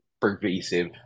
pervasive